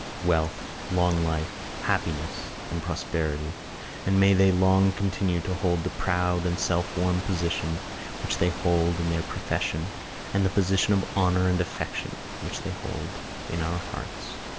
wealth, long life, happiness and prosperity and may they long continue to hold the proud and self-won position which they hold in their profession and the position of honour and affection which they hold in our hearts.